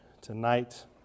tonight